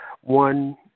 one